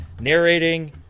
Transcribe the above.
narrating